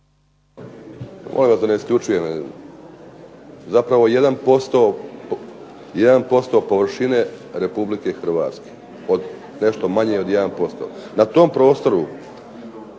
50 tisuća i 650 hektara zapravo 1% površine Republike Hrvatske, nešto manje od 1%. Na tom prostoru